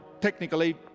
technically